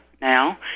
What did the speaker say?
now